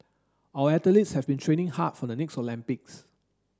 our athletes have been training hard for the next Olympics